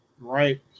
Right